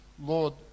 Lord